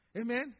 Amen